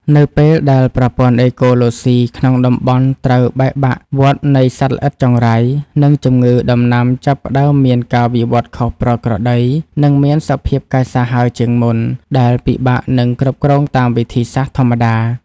នៅពេលដែលប្រព័ន្ធអេកូឡូស៊ីក្នុងតំបន់ត្រូវបែកបាក់ វដ្តនៃសត្វល្អិតចង្រៃ និងជំងឺដំណាំចាប់ផ្ដើមមានការវិវត្តខុសប្រក្រតី និងមានសភាពកាចសាហាវជាងមុន ដែលពិបាកនឹងគ្រប់គ្រងតាមវិធីសាស្រ្តធម្មតា។